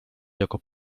jako